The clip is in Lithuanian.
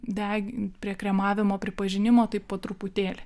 degint prie kremavimo pripažinimo tai po truputėlį